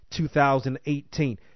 2018